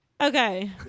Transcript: Okay